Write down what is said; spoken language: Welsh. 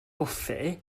bwffe